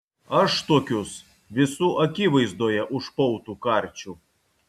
aš tokius visų akivaizdoje už pautų karčiau